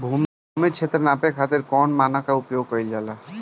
भूमि क्षेत्र के नापे खातिर कौन मानक के उपयोग कइल जाला?